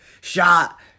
Shot